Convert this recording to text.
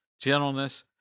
gentleness